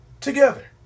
together